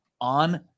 on